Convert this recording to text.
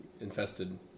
infested